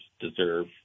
deserve